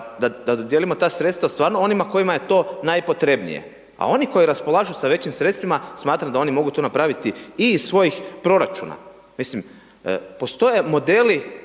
da dodijelimo ta sredstva stvarno onima kojima je to najpotrebnije, a oni koji raspolažu sa većim sredstvima, smatram da oni mogu to napraviti i iz svojih proračuna, mislim postoje modeli